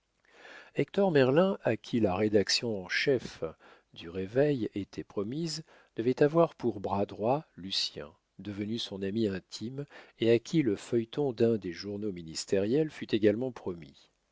merlin à qui la rédaction en chef du réveil était promise devait avoir pour bras droit lucien devenu son ami intime et à qui le feuilleton d'un des journaux ministériels fut également promis